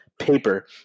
paper